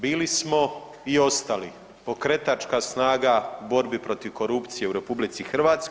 Bili smo i ostali pokretačka snaga u borbi protiv korupcije u RH.